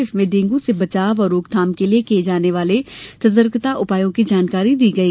जिसमें डेंगू से बचाव और रोकथाम के लिये किये जाने वाले सतर्कता उपायों की जानकारी दी गई